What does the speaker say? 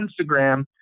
instagram